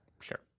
sure